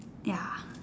ya